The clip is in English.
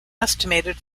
estimated